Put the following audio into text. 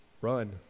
Run